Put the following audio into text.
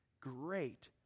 great